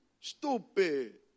Stupid